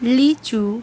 লিচু